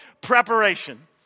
preparation